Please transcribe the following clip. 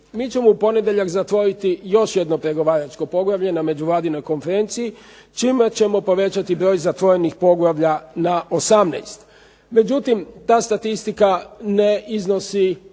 Mi ćemo u ponedjeljak zatvoriti još jedno pregovaračko poglavlje na međuvladinoj konferenciji, čime ćemo povećati broj zatvorenih poglavlja na 18. Međutim ta statistika ne iznosi